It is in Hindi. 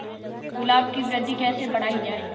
गुलाब की वृद्धि कैसे बढ़ाई जाए?